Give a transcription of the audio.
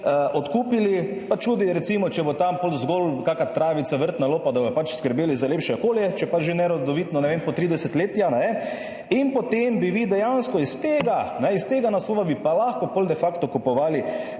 odkupili, pa tudi recimo, če bo tam pol zgolj kakšna travica, vrtna lopa, da bodo pač skrbeli za lepše okolje, če je pač že nerodovitno, ne vem, po tri desetletja. In potem bi vi dejansko iz tega, iz tega naslova bi pa lahko pol de facto kupovali